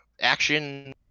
action